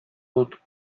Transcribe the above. dut